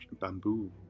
bamboo